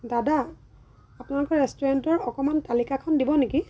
দাদা আপোনালোকৰ ৰেষ্টুৰেণ্টৰ অকণমান তালিকাখন দিব নেকি